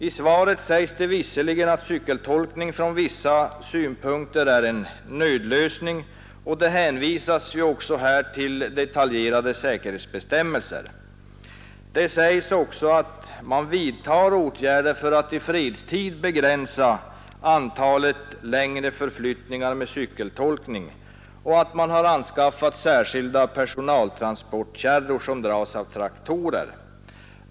I svaret sägs visserligen att cykeltolkning från vissa synpunkter är en nödlösning, och det hänvisas även här till detaljerade säkerhetsbestämmelser. Försvarsministern säger vidare att man vidtar åtgärder för att begränsa antalet längre förflyttningar med cykeltolkning i fredstid och att man anskaffar särskilda personaltransportkärror som dras av traktorer.